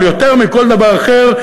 אבל יותר מכל דבר אחר,